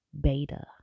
beta